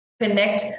connect